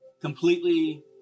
completely